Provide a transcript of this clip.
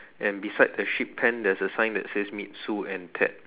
and beside the sheep pent there's a sign that says meet Sue and Ted